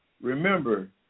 Remember